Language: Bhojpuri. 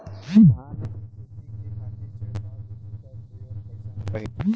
धान के खेती के खातीर छिड़काव विधी के प्रयोग कइसन रही?